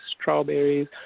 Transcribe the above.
strawberries